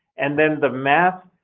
and then the math